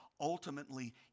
Ultimately